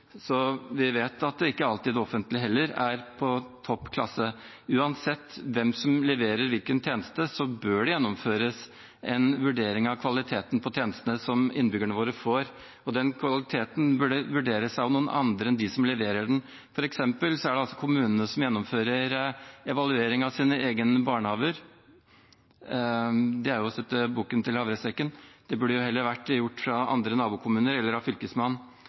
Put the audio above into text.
Så vi vet at det offentlige heller ikke alltid er av topp klasse. Uansett hvem som leverer en tjeneste, bør det gjennomføres en vurdering av kvaliteten på tjenestene som innbyggerne våre får, og den kvaliteten burde vurderes av noen andre enn de som leverer den. For eksempel er det kommunene som gjennomfører evaluering av sine egne barnehager. Det er å sette bukken til havresekken. Det burde heller vært gjort av andre, av nabokommuner eller av Fylkesmannen.